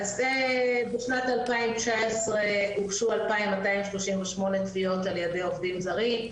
בשנת 2019 הוגשו 2238 תביעות ע"י עובדים זרים.